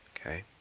Okay